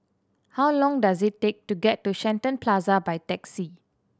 how long does it take to get to Shenton Plaza by taxi